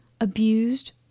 abused